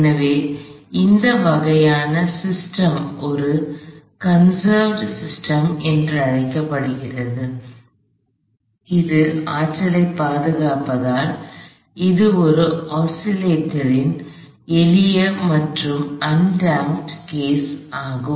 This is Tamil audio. எனவே இந்த வகையான சிஸ்டம் systemஅமைப்பு ஒரு கன்செர்வேட் conservedபாதுகாக்கப்பட்ட சிஸ்டம் என்று அழைக்கப்படுகிறது எனவே இது ஆற்றலைப் பாதுகாப்பதால் இது ஒரு ஆஸிலேட்டரின் எளிய மற்றும் ஆன்டம்பெட் கேஸ் ஆகும்